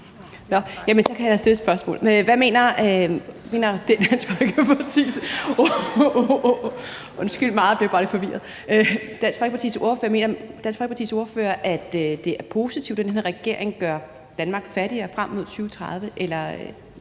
så kan jeg stille et spørgsmål: Mener Dansk Folkepartis ordfører, at det er positivt, at den her regering gør Danmark fattigere frem mod 2030,